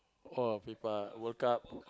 oh Fifa World Cup